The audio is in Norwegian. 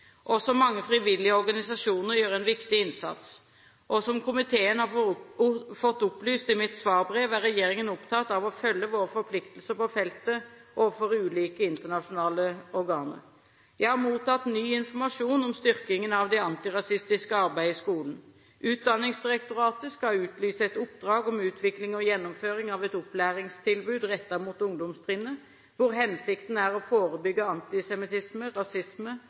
Også mange frivillige organisasjoner gjør en viktig innsats. Og som komiteen har fått opplyst i mitt svarbrev, er regjeringen opptatt av å følge våre forpliktelser på feltet overfor ulike internasjonale organer. Jeg har mottatt ny informasjon om styrkingen av det antirasistiske arbeidet i skolen. Utdanningsdirektoratet skal utlyse et oppdrag om utvikling og gjennomføring av et opplæringstilbud rettet mot ungdomstrinnet, hvor hensikten er å forebygge antisemittisme, rasisme